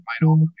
final